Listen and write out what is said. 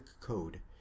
code